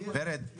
ורד,